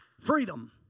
freedom